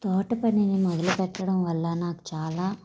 తోటపనిని మొదలుపెట్టడం వల్ల నాకు చాలా